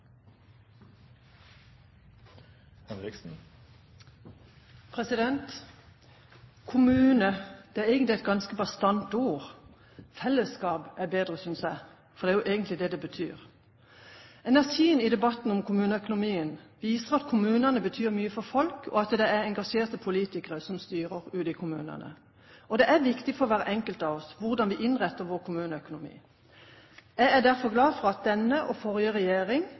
er egentlig et ganske bastant ord. «Fellesskap» er bedre, synes jeg, for det er jo det det betyr. Energien i debatten om kommuneøkonomien viser at kommunene betyr mye for folk, og at det er engasjerte politikere som styrer ute i kommunene. Det er viktig for hver enkelt av oss hvordan vi innretter vår kommuneøkonomi. Jeg er derfor glad for at denne og forrige regjering